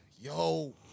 Yo